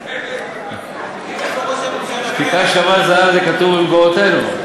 שתיקה שווה זהב, זה כתוב במקורותינו.